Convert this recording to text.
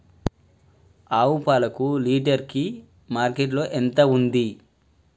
ఆవు పాలకు లీటర్ కి మార్కెట్ లో ఎంత ఉంది?